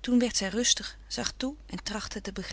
toen werd zij rustig zag toe en trachtte te